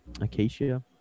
acacia